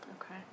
Okay